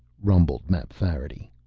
rumbled mapfarity.